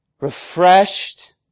refreshed